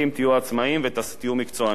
תהיו עצמאיים ותהיו מקצוענים.